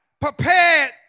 prepared